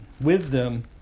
wisdom